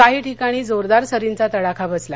काही ठिकाणी जोरदार सरींचा तडाखा बसला